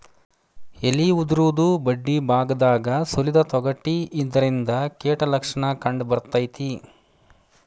ಎಲಿ ಉದುರುದು ಬಡ್ಡಿಬಾಗದಾಗ ಸುಲಿದ ತೊಗಟಿ ಇದರಿಂದ ಕೇಟ ಲಕ್ಷಣ ಕಂಡಬರ್ತೈತಿ